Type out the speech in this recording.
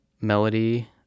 melody